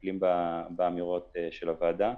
ומטפלים באמירות של הוועדה.